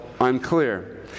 unclear